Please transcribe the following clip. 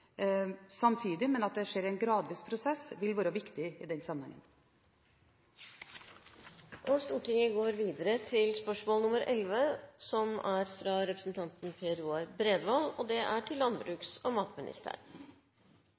samtidig, at det skjer en gradvis prosess, vil være viktig i den sammenheng. Jeg ønsker å stille følgende spørsmål til landbruks- og matministeren: